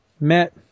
met